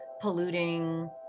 Polluting